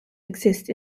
exist